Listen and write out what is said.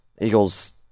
Eagles